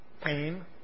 pain